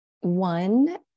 One